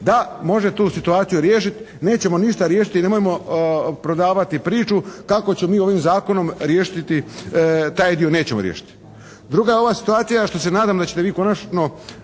da može tu situaciju riješit. Nećemo ništa riješit i nemojmo prodavati priču kako ćemo mi ovim zakonom riješiti, taj dio nećemo riješiti. Druga je ova situacija što se nadam da ćete vi konačno